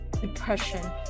depression